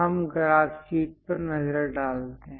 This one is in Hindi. हम ग्राफ शीट पर नजर डालते हैं